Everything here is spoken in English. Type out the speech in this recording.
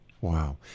Wow